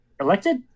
elected